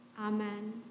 Amen